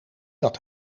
dat